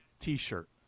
t-shirt